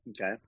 okay